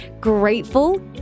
grateful